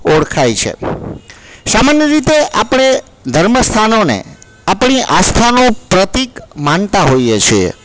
ઓળખાય છે સામાન્ય રીતે આપણે ધર્મ સ્થાનોને આપણી આસ્થાનું પ્રતિક માનતા હોઈએ છે